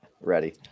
Ready